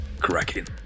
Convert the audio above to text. cracking